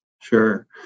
Sure